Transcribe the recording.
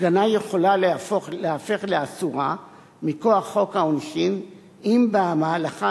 הפגנה יכולה להפוך לאסורה מכוח חוק העונשין אם במהלכה